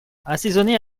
assaisonner